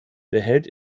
behält